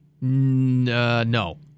No